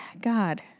God